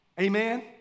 Amen